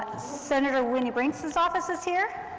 senator wendy brinks's office is here.